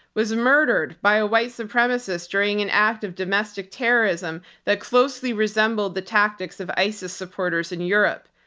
was murdered by a white supremacist during an act of domestic terrorism that closely resembled the tactics of isis supporters in europe.